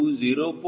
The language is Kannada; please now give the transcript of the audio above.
2 0